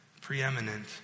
preeminent